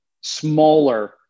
smaller